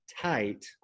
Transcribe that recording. tight